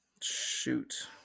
Shoot